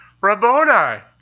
Rabboni